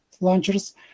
launchers